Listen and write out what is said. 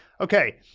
Okay